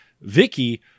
Vicky